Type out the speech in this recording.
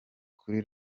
kuri